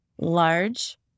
large